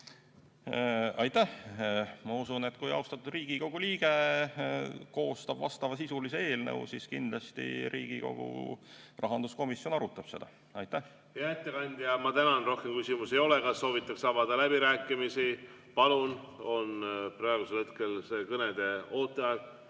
Aitäh! Ma usun, et kui austatud Riigikogu liige koostab vastavasisulise eelnõu, siis kindlasti Riigikogu rahanduskomisjon arutab seda. Hea ettekandja, ma tänan! Rohkem küsimusi ei ole. Kas soovitakse avada läbirääkimisi? Palun, praegusel hetkel on see kõnede ooteaeg.